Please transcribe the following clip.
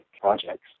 projects